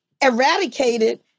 eradicated